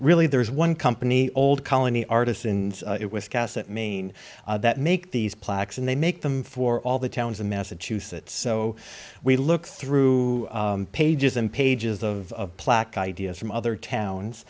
really there is one company old colony artists in wiscasset maine that make these plaques and they make them for all the towns in massachusetts so we look through pages and pages of plaque ideas from other towns